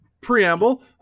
preamble